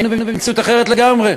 היינו במציאות אחרת לגמרי,